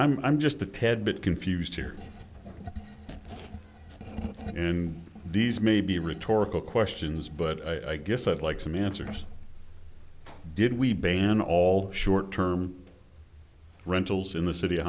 i'm just a tad bit confused here and these may be rhetorical questions but i guess i'd like some answers did we ban all short term rentals in the city